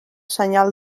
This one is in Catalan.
senyal